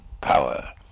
power